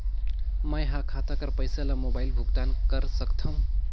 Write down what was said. मैं ह खाता कर पईसा ला मोबाइल भुगतान कर सकथव?